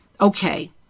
okay